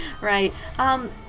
Right